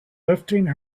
lifting